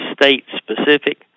state-specific